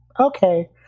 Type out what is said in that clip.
okay